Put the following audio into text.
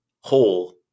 whole